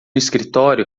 escritório